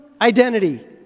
identity